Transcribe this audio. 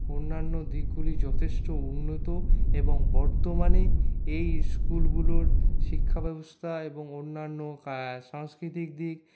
অন্যান্য দিকগুলি যথেষ্ট উন্নত এবং বর্তমানে এই স্কুলগুলোর শিক্ষাব্যবস্থা এবং অন্যান্য সাংস্কৃতিক দিক